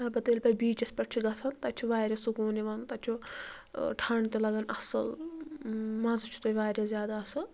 البتہ ییٚلہِ پتہٕ بیٖچس پٮ۪ٹھ چھِ گژھان تتہِ چھُ واریاہ سکوٗن یِوان تتہِ چھُ ٹھنٛڈ تہِ لگان اصل مزٕ چھُ تتہِ واریاہ زیادٕ آصل